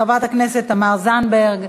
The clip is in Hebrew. חברת הכנסת תמר זנדברג,